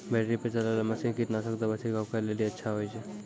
Battery पर चलै वाला मसीन कीटनासक दवा छिड़काव करै लेली अच्छा होय छै?